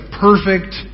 perfect